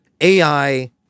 AI